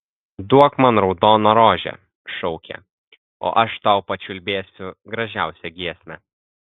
duok man raudoną rožę šaukė o aš tau pačiulbėsiu gražiausią giesmę